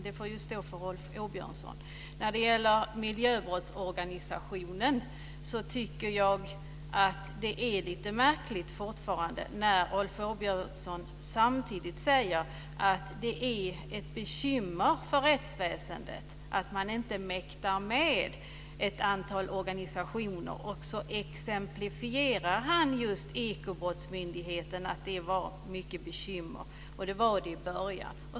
Det får stå för Rolf När det gäller miljöbrottsorganisationen tycker jag fortfarande att det är lite märkligt när Rolf Åbjörnsson samtidigt säger att det är ett bekymmer för rättsväsendet att man inte mäktar med ett antal organisationer och exemplifierar med att det var mycket bekymmer med just Ekobrottsmyndigheten, och det var det i början.